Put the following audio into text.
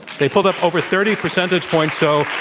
they pulled up over thirty percentage points. so,